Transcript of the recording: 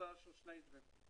תוצאה של שני דברים: